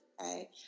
right